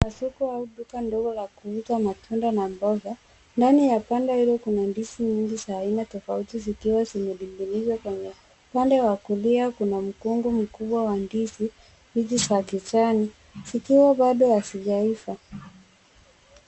Kasuku au duka ndogo la kuuza matunda na mboga. Ndani ya banda hilo kuna ndizi nyingi za aina tofauti zikiwa zimening'inizwa kwenye. Upande wa kulia kuna mkungu mkubwa wa ndizi. Ndizi za kijani zikiwa bado hazijaiva.